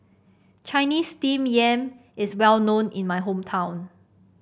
Chinese Steamed Yam is well known in my hometown